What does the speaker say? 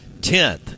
10th